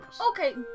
Okay